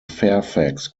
fairfax